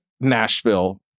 Nashville